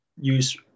use